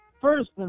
First